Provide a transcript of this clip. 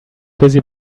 busy